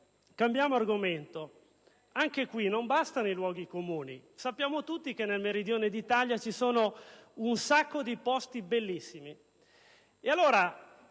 cambiare argomento: anche qui, non bastano i luoghi comuni, perché sappiamo tutti che nel Meridione d'Italia vi sono molti posti bellissimi;